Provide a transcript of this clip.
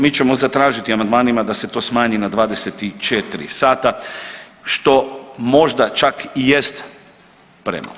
Mi ćemo zatražiti amandmanima da se to smanji na 24 sata, što možda čak i jest premalo.